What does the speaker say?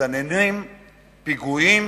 מסתננים ופיגועים,